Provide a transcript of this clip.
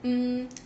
um